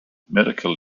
medical